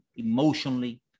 emotionally